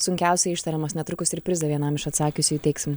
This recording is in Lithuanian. sunkiausiai ištariamas netrukus ir prizą vienam iš atsakiusių įteiksim